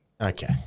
Okay